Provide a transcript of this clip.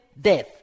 death